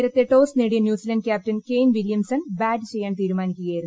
നേരത്തേ ടോസ് നേ്ടിയ New Zealand captain Kane Williamson bat ചെയ്യാൻ തീരുമാനിക്കുകയായിരുന്നു